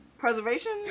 Preservation